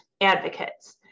advocates